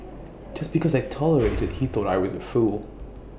just because I tolerated he thought I was A fool